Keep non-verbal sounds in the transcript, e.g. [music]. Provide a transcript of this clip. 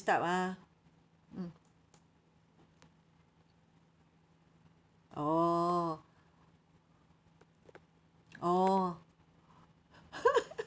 this type ah mm oh oh [laughs]